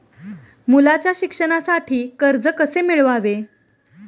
मुलाच्या शिक्षणासाठी कर्ज कसे मिळवावे?